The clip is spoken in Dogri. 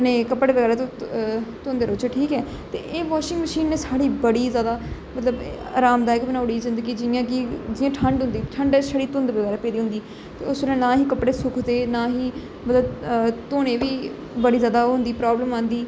अपने कपडे़ बगैरा धोंदे रौहचै ठीक ऐ ते एह् बाशिंग मशीन ने साढ़ी बड़ी ज्यादा मतलब आराम दायक बनाई ओड़ी जिंदगी जियां कि जियां ठंड होंदी ठंड च छड़ी धुंध होदीं उसलै ना असेंगी कपडे़ सुकदे ना ही मतलब धोने च बी बड़ी ज्यादा ओह् होंदी प्राव्लम आंदी